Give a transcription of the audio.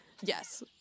Yes